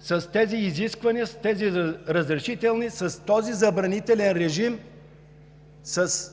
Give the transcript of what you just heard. с тези изисквания – с тези разрешителни, с този забранителен режим, с